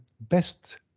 best